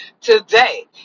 today